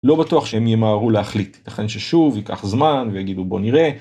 לא בטוח שהם יהיה ימהרו להחליט, לכן ששוב ייקח זמן ויגידו בואו נראה.